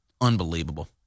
Unbelievable